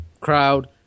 Crowd